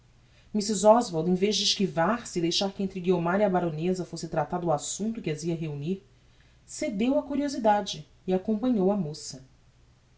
mrs oswald em vez de esquivar se e deixar que entre guiomar e a baroneza fosse tratado o assumpto que as ia reunir cedeu á curiosidade e acompanhou a moça